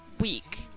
week